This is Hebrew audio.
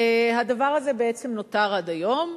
הדבר בעצם הזה נותר עד היום.